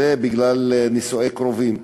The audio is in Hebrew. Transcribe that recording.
זה בגלל נישואי קרובים.